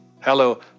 Hello